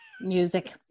music